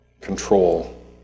control